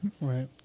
Right